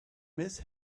miss